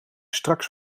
straks